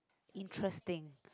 interesting